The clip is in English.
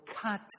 cut